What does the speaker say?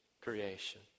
creation